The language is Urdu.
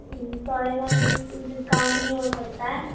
سوری میم ڈسکاؤنٹ نہیں ہوسکتا ہے